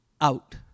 out